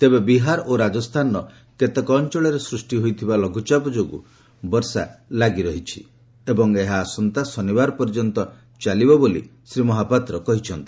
ତେବେ ବିହାର ଓ ରାଜସ୍ଥାନର କେତେକ ଅଞ୍ଚଳରେ ସୃଷ୍ଟି ହୋଇଥିବା ଲଘୁଚାପ ଯୋଗୁଁ ବର୍ଷା ଲାଗିରହିଛି ଏବଂ ଏହା ଆସନ୍ତା ଶନିବାର ପର୍ଯ୍ୟନ୍ତ ଚାଲିବ ବୋଲି ଶ୍ରୀ ମହାପାତ୍ର କହିଛନ୍ତି